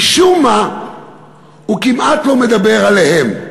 משום מה הוא כמעט לא מדבר עליהם,